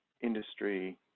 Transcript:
industry